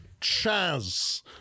Chaz